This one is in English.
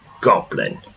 goblin